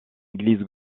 église